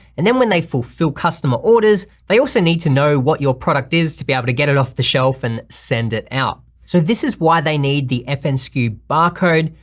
and then when they fulfill customer orders, they also need to know what your product is to be able to get it off the shelf and send it out. so this is why they need the fnsku barcode,